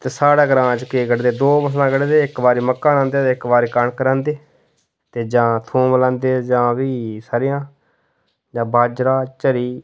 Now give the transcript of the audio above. ते साढ़े ग्रांऽ च केह् कड्ढदे दो फसलां कड्ढदे इक बारी मक्कां रांह्दे ते इक बारी कनक रांह्दे ते जां थोम लांदे जां फ्ही सरेआं जां बाजरा झरी